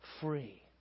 free